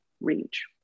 reach